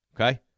Okay